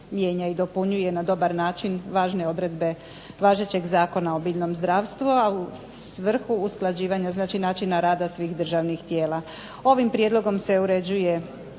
mijenja i dopunjuje na dobar način važne odredbe važećeg Zakona o biljnom zdravstvu, a u svrhu usklađivanja, znači načina rada svih državnih tijela. Ovim prijedlogom se uređuje